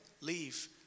leave